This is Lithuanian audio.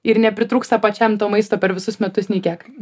ir nepritrūksta pačiam to maisto per visus metus nė kiek